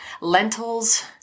lentils